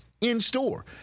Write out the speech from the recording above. in-store